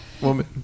woman